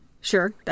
Sure